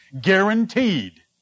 guaranteed